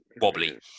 wobbly